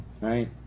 right